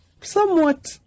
somewhat